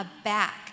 aback